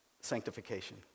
sanctification